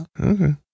Okay